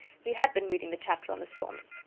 he had been reading the chapter on the storms.